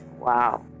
Wow